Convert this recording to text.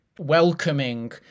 welcoming